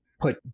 put